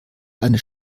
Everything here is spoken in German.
eine